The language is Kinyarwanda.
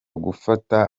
gufata